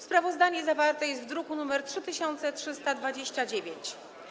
Sprawozdanie zawarte jest w druku nr 3329.